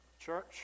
Church